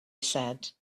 said